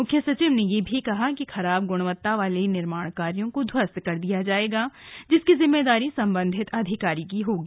मुख्य सचिव ने यह भी कहा कि खराब गुणवत्ता वाले निर्माण कार्यो को ध्वस्त कर दिया जायेगा जिसका जिम्मेदारी संबंधित अधिकारी की होगी